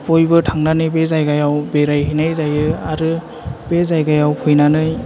बयबो थांनानै बे जायगायाव बेरायहैनाय जायो आरो बे जायगायाव फैनानै